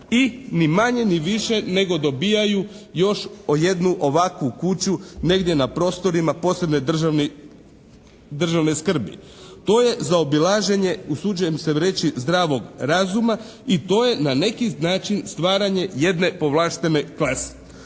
i ni manje ni više nego dobijaju još po jednu ovakvu kuću negdje na prostorima posebne državne skrbi. To je zaobilaženje, usuđujem se reći zdravog razuma i to je na neki način stvaranje jedne povlaštene klase.